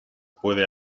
puede